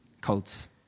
cults